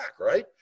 right